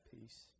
peace